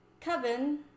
coven